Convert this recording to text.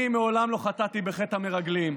אני מעולם לא חטאתי בחטא המרגלים,